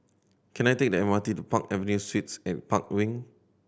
can I take the M R T to Park Avenue Suites and Park Wing